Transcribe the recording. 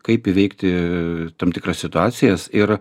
kaip įveikti tam tikras situacijas ir